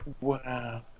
Wow